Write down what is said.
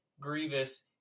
grievous